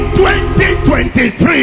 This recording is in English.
2023